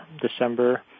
December